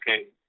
okay